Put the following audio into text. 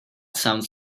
sounds